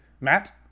matt